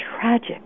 tragic